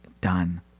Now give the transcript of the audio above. Done